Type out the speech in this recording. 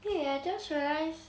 !hey! I just realise